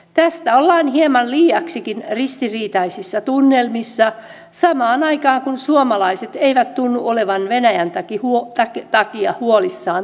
tästä ollaan hieman liiaksikin ristiriitaisissa tunnelmissa samaan aikaan kun suomalaiset eivät tunnu olevan venäjän takia huolissaan turvallisuudesta